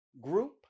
group